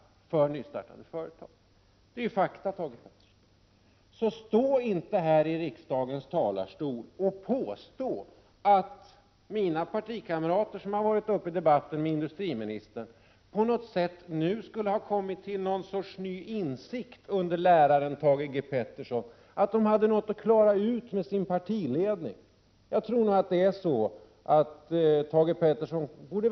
Det är fakta, Thage G Peterson! Stå därför inte, industriministern, här i riksdagens talarstol och påstå att de av mina partikamrater som har varit uppe i debatten och diskuterat med industriministern nu skulle ha kommit till någon sorts ny insikt under läraren Thage G Peterson — dvs. att de hade något att klara ut med sin partiledning! Thage G Peterson borde nog vända sig till sina bisittare här i kammaren.